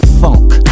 Funk